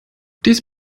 dies